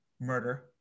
murder